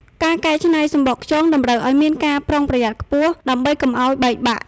ការកែច្នៃសំបកខ្យងតម្រូវឱ្យមានការប្រុងប្រយ័ត្នខ្ពស់ ដើម្បីកុំឱ្យបាក់បែក។